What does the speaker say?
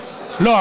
לא,